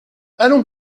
allons